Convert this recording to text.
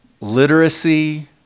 literacy